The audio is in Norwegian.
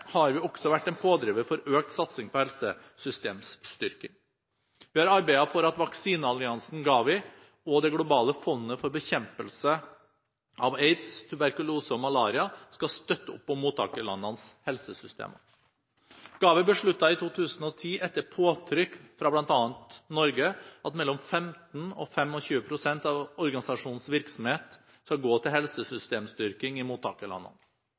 har vi også vært en pådriver for økt satsing på helsesystemstyrking. Vi har arbeidet for at vaksinealliansen GAVI og Det globale fondet for bekjempelse av aids, tuberkulose og malaria skal støtte opp om mottakerlandenes helsesystemer. GAVI besluttet i 2010, etter påtrykk fra bl.a. Norge, at mellom 15 og 25 pst. av organisasjonens virksomhet skal gå til helsesystemstyrking i mottakerlandene. Støtten skal gis etter dialog med mottakerlandene og i